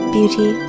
Beauty